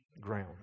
ground